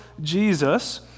Jesus